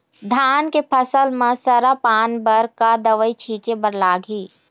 धान के फसल म सरा पान बर का दवई छीचे बर लागिही?